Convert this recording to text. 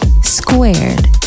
Squared